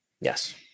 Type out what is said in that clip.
Yes